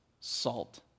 salt